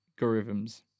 algorithms